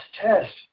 test